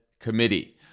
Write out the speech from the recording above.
committee